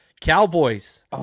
Cowboys